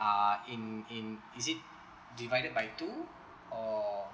uh in in is it divided by two or